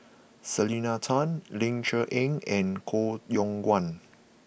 Selena Tan Ling Cher Eng and Koh Yong Guan